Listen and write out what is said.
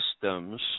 systems